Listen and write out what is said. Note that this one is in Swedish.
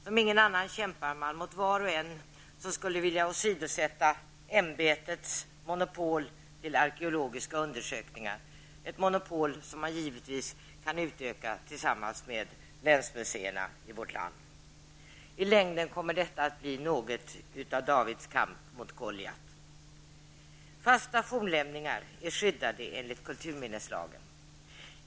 Som ingen annan kämpar man mot var och en som skulle vilja åsidosätta ämbetets monopol på arkeologiska undersökningar, ett monopol som man givetvis kan utöka tillsammans med länsmuseerna i vårt land. I längden kommer detta att bli något av Davids kamp mot Goliat. Fasta fornlämningar är skyddade enligt kulturminneslagen.